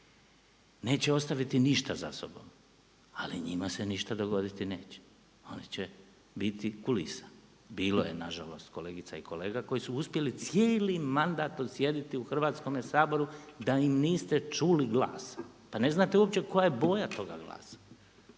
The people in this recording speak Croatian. neće ostaviti ništa za sobom, ali njima se ništa dogoditi neće, oni će biti kulisa. Bilo je nažalost kolegica i kolega koji su uspjeli cijeli mandat odsjediti u Hrvatskome saboru da im niste čuli glas, pa ne znate uopće koja je boja toga glasa,